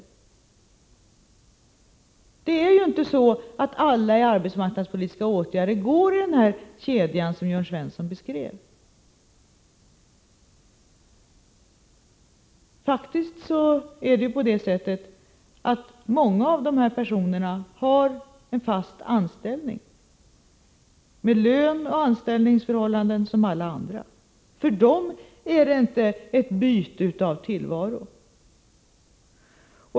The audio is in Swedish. Det är inte så att alla som omfattas av arbetsmarknadspolitiska åtgärder går i den kedja som Jörn Svensson beskrev. Många av dessa personer har faktiskt en fast anställning, med lön och anställningsförhållanden som alla andra. För dem blir det inte något byte av tillvaro.